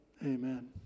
Amen